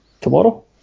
tomorrow